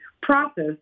process